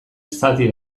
zati